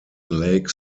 lake